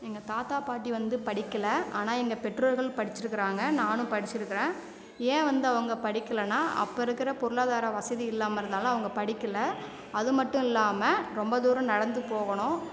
எங்கள் தாத்தா பாட்டி வந்து படிக்கல ஆனால் எங்கள் பெற்றோர்கள் படிச்சிருக்கிறாங்க நானும் படிச்சிருக்கிறேன் ஏன் வந்து அவங்க படிக்கலன்னா அப்போ இருக்கிற பொருளாதார வசதி இல்லாமல் இருந்ததால் அவங்க படிக்கல அது மட்டும் இல்லாமல் ரொம்ப தூரம் நடந்து போகணும்